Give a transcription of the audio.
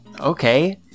okay